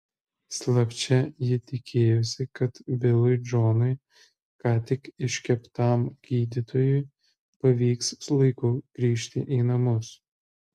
slapčia ji tikėjosi kad bilui džonui ką tik iškeptam gydytojui pavyks laiku grįžti į namus